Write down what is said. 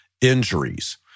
injuries